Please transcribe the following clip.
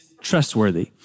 trustworthy